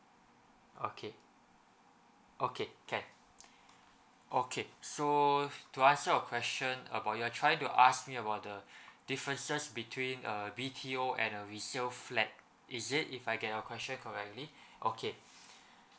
okay okay can okay so to answer your question about you're trying to ask me about the differences between uh B_T_O and a resale flat is it if I get your question correctly okay